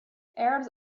arabs